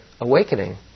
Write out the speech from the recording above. awakening